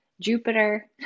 Jupiter